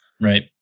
Right